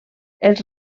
els